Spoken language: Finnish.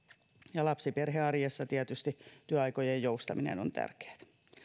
ja lapsiperhearjessa tietysti työaikojen joustaminen on tärkeätä